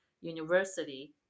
university